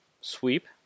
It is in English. sweep